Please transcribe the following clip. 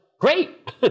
great